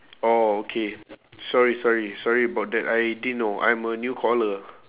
oh okay sorry sorry sorry about that I didn't know I'm a new caller